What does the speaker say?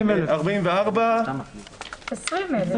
20,000. אז זה